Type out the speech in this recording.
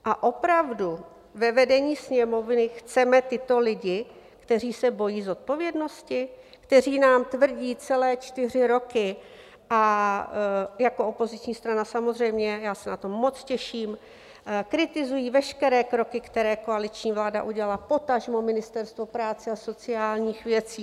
A opravdu ve vedení Sněmovny chceme tyto lidi, kteří se bojí zodpovědnosti, kteří nám tvrdí celé čtyři roky, a jako opoziční strana samozřejmě, já se na to moc těším, kritizují veškeré kroky, které koaliční vláda udělá, potažmo Ministerstvo práce a sociálních věcí?